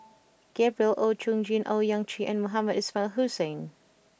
Gabriel Oon Chong Jin Owyang Chi and Mohamed Ismail Hussain